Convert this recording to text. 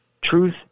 Truth